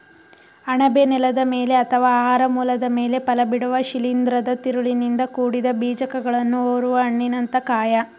ಅಣಬೆ ನೆಲದ ಮೇಲೆ ಅಥವಾ ಆಹಾರ ಮೂಲದ ಮೇಲೆ ಫಲಬಿಡುವ ಶಿಲೀಂಧ್ರದ ತಿರುಳಿನಿಂದ ಕೂಡಿದ ಬೀಜಕಗಳನ್ನು ಹೊರುವ ಹಣ್ಣಿನಂಥ ಕಾಯ